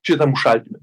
šitam užšaldyme